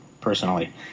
personally